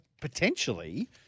potentially